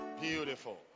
beautiful